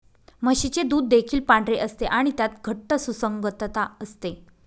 म्हशीचे दूध देखील पांढरे असते आणि त्यात घट्ट सुसंगतता असते